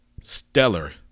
Stellar